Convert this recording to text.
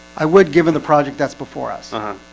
i would given the project that's before us.